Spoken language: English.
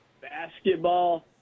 basketball